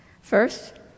First